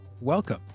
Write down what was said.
welcome